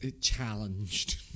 challenged